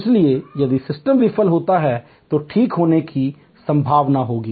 इसलिए यदि सिस्टम विफल होता है तो ठीक होने की संभावना होगी